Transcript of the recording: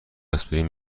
آسپرین